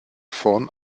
vorn